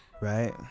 Right